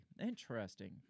Interesting